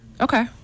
Okay